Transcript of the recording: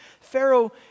Pharaoh